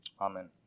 Amen